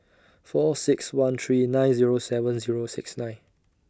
four six one three nine Zero seven Zero six nine